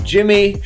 Jimmy